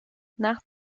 nach